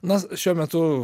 na šiuo metu